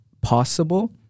possible